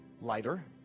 lighter